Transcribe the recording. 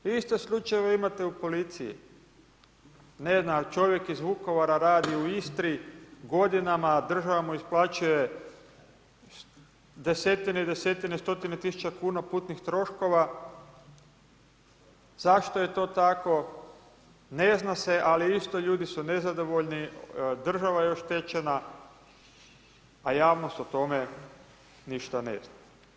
Iste slučajeve imate u policiji, ne znam, čovjek iz Vukovara radi u Istri, godinama država mu isplaćuje desetine i desetine stotine tisuća kuna putnih troškova, zašto je to tako, ne zna se ali isto ljudi su nezadovoljni, država je oštećena, a javnost o tome ništa ne zna.